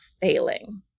failing